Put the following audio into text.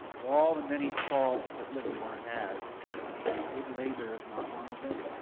of all the many faults that livermore has, the big laser is not one of them.